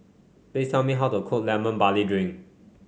please tell me how to cook Lemon Barley Drink